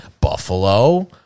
Buffalo